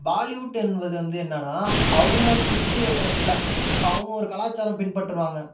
பாலிவுட் என்பது வந்து என்னன்னா அவங்க சுற்று வட்டாரத்தில் இப்போ அவங்க ஒரு கலாச்சாரம் பின்பற்றுவாங்க